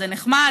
זה נחמד,